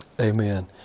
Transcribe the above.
Amen